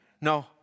No